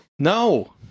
No